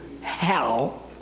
hell